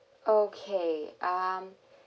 okay um